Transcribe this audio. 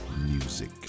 music